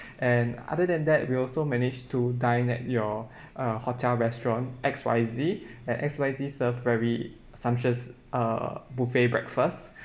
and other than that we also managed to dine at your uh hotel restaurant X Y Z and X Y Z served very sumptuous uh buffet breakfast